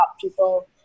people